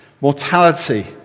Mortality